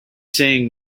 saying